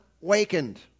wakened